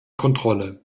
kontrolle